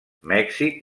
mèxic